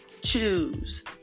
choose